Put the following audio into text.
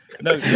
No